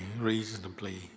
reasonably